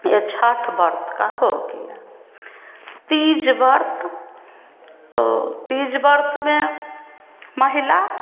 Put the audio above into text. यह छठ व्रत का हो गया तीज़ व्रत तो तीज़ व्रत में महिला